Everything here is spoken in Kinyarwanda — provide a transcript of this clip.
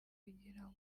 kugira